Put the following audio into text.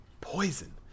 Poison